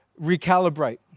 recalibrate